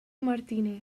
martínez